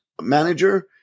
manager